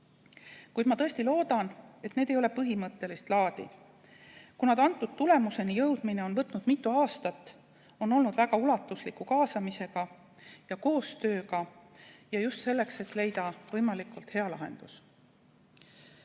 Kuid ma tõesti loodan, et need ei ole põhimõttelist laadi, kuna praeguse tulemuseni jõudmine on võtnud mitu aastat ning hõlmanud väga ulatuslikku kaasamist ja koostööd – just selleks, et leida võimalikult hea lahendus.